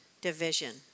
division